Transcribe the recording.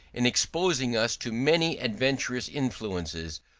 in exposing us to many adventitious influences,